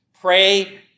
pray